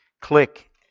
Click